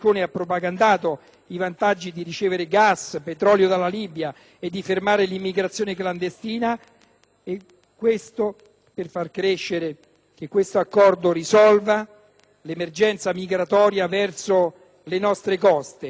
Ma per far credere che questo accordo risolva l'emergenza migratoria verso le nostre coste,